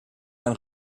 ein